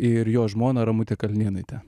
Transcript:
ir jo žmona ramutė kalnėnaitė